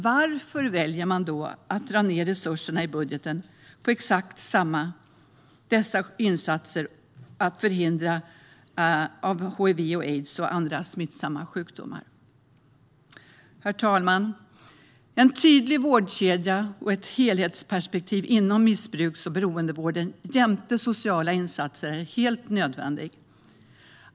Varför väljer man då att dra ned resurserna i budgeten på dessa insatser för att förhindra hiv/aids och andra smittsamma sjukdomar? Herr talman! En tydlig vårdkedja och ett helhetsperspektiv inom missbruks och beroendevården jämte sociala insatser är helt nödvändigt.